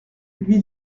lui